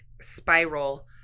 spiral